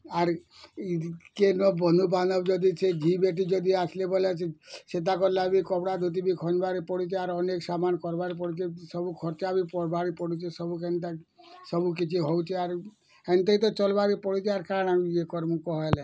ଆର୍ ଇ କିଏନ ବନ୍ଧୁ ବାନ୍ଧବ ଯଦି ସିଏ ଜି ବେଟି ଯଦି ଆସଲେ ବୋଲେ ସିଧା ଗଲେ ବି କପଡ଼ା ଧୋତି ବି ଖୋଲିବାର୍ ପଡ଼ିଛି ଆର ଅନେକ ସାମାନ୍ କରବାର୍ ପଡ଼ୁଛି ସବୁ ଖର୍ଚ୍ଚା ବି ପଡ଼ୁଛି ସବୁ କେନ୍ତା ସବୁ କିଛି ହେଉଛି ଆରୁ ହେନ୍ତି ହିଁ ତ ଚଲବାର୍ କେ ପଡ଼ୁଛି ଆର୍ କାଣା ଇଏ କରମୁଁ କହଲେ